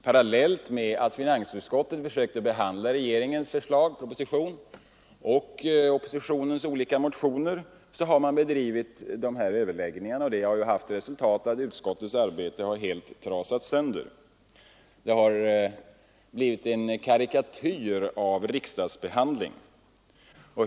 Parallellt med att finansutskottet försökte behandla regeringens proposition och motionerna från oppositionen bedrevs dessa andra överläggningar. Det fick till resultat att utskottets arbete helt trasades sönder. Det hela blev en karikatyr av utskottsbehandling.